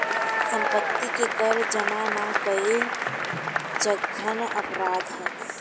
सम्पत्ति के कर जामा ना कईल जघन्य अपराध ह